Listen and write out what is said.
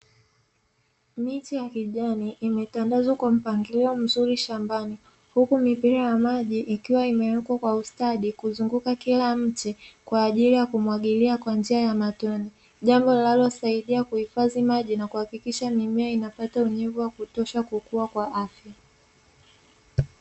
Miche ya kijani imetandazwa kwa mpangilio mzuri shambani, huku mipira ya maji ikiwa imewekwa kwa ustadi kuzunguka kila mche kwa ajili ya kumwagilia kwa njia ya matone. Jambo linalosaidia kuhifadhi maji na kuhakikisha mimea inapata unyevu wa kutosha kukua kwa afya.